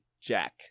Jack